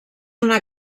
una